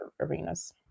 arenas